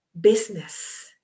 business